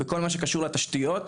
בכל מה שקשור לתשתית.